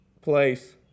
place